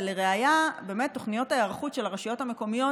ולראיה: תוכניות ההיערכות של הרשויות המקומיות,